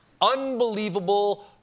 Unbelievable